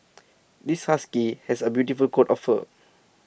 this husky has A beautiful coat of fur